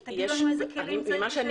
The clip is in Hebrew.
תגידו לנו איזה כלים צריך, שנטפל בזה.